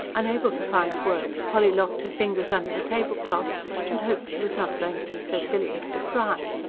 unable to find words, polly locked her fingers under the tablecloth and hoped she was not going to be so silly as to cry.